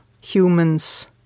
humans